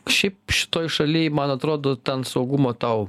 šiaip šitoj šaly man atrodo ten saugumo tau